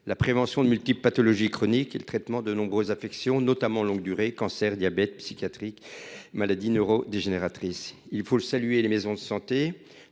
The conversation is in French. la prévention de multiples pathologies chroniques ou du traitement de nombreuses affections, notamment longue durée : cancer, diabète, psychiatrie, maladie neurodégénérative… Il faut saluer une nouvelle